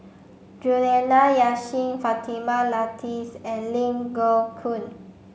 Juliana Yasin Fatimah Lateef and Ling Geok Choon